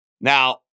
Now